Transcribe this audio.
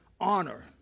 honor